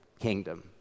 kingdom